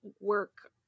work